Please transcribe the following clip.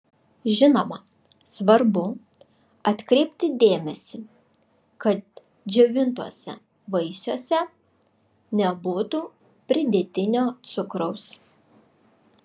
žinoma svarbu atkreipti dėmesį kad džiovintuose vaisiuose nebūtų pridėtinio cukraus